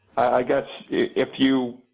i guess if you.